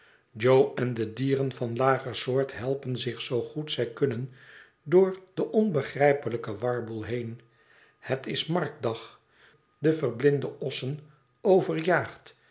en de dieren van lager soort helpen zich zoo goed zij kunnen door den onbegrijpelijken warboel heen het is marktdag de verblinde ossen o